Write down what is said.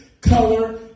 color